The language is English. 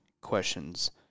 questions